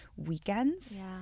weekends